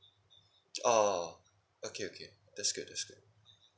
oh okay okay that's good that's good